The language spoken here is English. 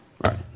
Right